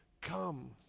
come